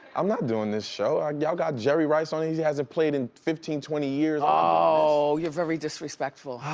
i'm not doing this show, y'all got jerry rice on, he hasn't played in fifteen, twenty years ow, you're very disrespectful. oh,